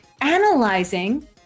analyzing